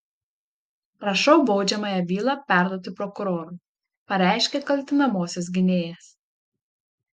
prašau baudžiamąją bylą perduoti prokurorui pareiškė kaltinamosios gynėjas